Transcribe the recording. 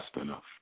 enough